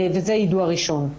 וזה יידוע ראשון.